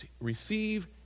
receive